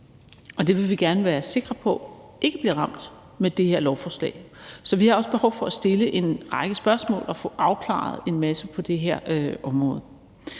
Og det vil vi gerne være sikre på ikke bliver ramt af det her forslag, så vi har også behov for at stille en række spørgsmål og få afklaret en masse ting på det her område.